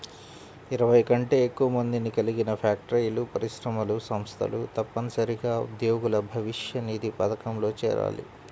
ఇరవై కంటే ఎక్కువ మందిని కలిగిన ఫ్యాక్టరీలు, పరిశ్రమలు, సంస్థలు తప్పనిసరిగా ఉద్యోగుల భవిష్యనిధి పథకంలో చేరాలి